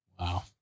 Wow